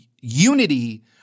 unity